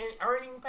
earning